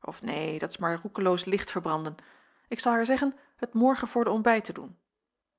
of neen dat is maar roekeloos licht verbranden ik zal haar zeggen het morgen voor den ontbijt te doen